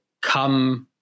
come